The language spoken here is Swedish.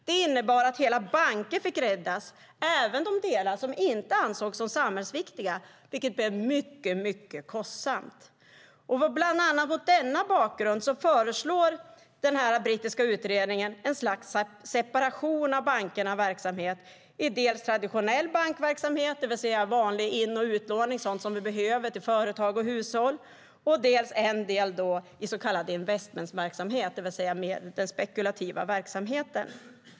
Det innebar att hela banker fick räddas, även de delar som inte ansågs samhällsviktiga, vilket blev mycket kostsamt. Bland annat mot denna bakgrund föreslår den brittiska utredningen ett slags separation av bankernas verksamhet i dels traditionell bankverksamhet, det vill säga vanlig in och utlåning, sådant vi behöver till företag och hushåll, dels så kallad investmentverksamhet, den spekulativa verksamheten.